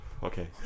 okay